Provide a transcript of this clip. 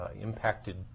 impacted